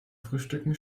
frühstücken